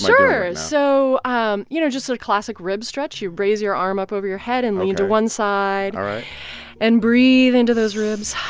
sure. so, um you know, just sort classic rib stretch, you raise your arm up over your head and lean to one side all right and breathe into those ribs